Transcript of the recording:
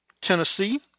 Tennessee